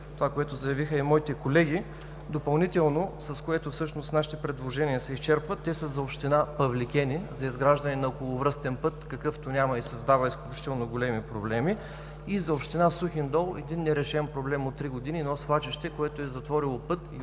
Търново, което заявиха и моите колеги, допълнително, с което всъщност нашите предложения се изчерпват, е за община Павликени – за изграждане на околовръстен път, какъвто няма и създава изключително големи проблеми; и за община Сухиндол – един нерешен проблем от три години, свлачище, което е затворило път и